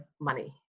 money